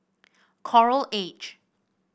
Coral Edge